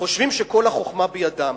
חושבים שכל החוכמה בידם.